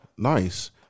Nice